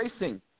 Racing